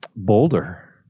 Boulder